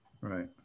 Right